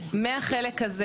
מהחלק הזה